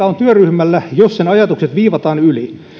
on työryhmällä jos sen ajatukset viivataan yli